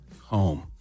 home